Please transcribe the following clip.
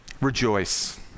rejoice